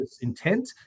intent